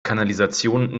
kanalisation